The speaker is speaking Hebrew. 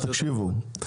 תקשיבו,